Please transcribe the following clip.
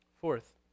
Fourth